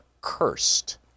cursed